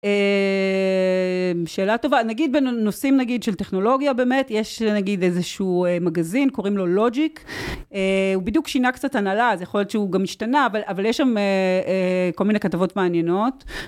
אמ... שאלה טובה, נגיד בנושאים נגיד של טכנולוגיה באמת, יש נגיד איזשהו מגזין, קוראים לו לוג'יק, א... הוא בדיוק שינה קצת הנהלה, אז יכול להיות שהוא גם השתנה, אבל-אבל יש שם כל מיני כתבות מעניינות,